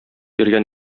йөргән